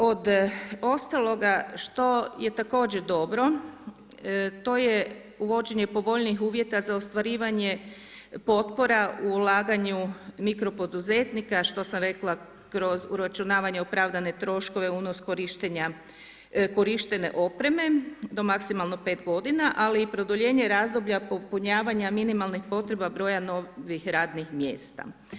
Od ostaloga što je također dobro to je uvođenje povoljnijih uvjeta za ostvarivanje potpora u ulaganju mikro poduzetnika što sam rekla kroz uračunavanje u opravdane troškove, unos korištene opreme do maksimalno 5 godina ali i produljenje razdoblja popunjavanja minimalnih potreba broja novih radnih mjesta.